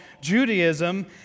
Judaism